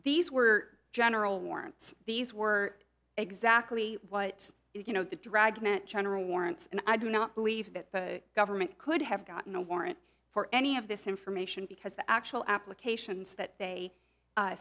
these were general warrants these were exactly what you know the dragnet general warrants and i do not believe that the government could have gotten a warrant for any of this information because the actual applications that